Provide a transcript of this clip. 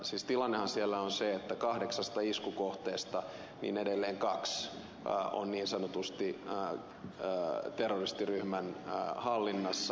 siis tilannehan siellä on se että kahdeksasta iskukohteesta edelleen kaksi on niin sanotusti terroristiryhmän hallinnassa